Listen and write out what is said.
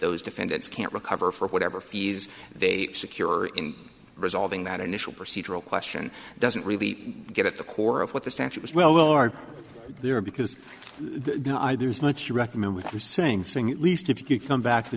those defendants can't recover for whatever fees they secure in resolving that initial procedural question doesn't really get at the core of what the statute was well are there because the idea is much you recommend with hussein saying at least if you come back t